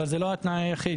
אבל זה לא התנאי היחיד.